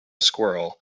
squirrel